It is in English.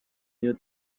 new